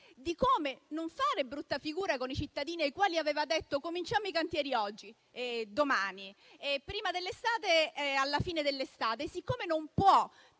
di come non fare brutta figura con i cittadini, ai quali aveva detto: cominciamo i cantieri oggi, anzi domani, prima dell'estate o alla fine dell'estate. Siccome non può